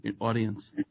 audience